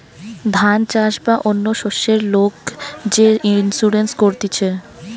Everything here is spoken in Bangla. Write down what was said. ধান চাষ বা অন্য শস্যের লোক যে ইন্সুরেন্স করতিছে